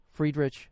Friedrich